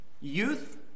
Youth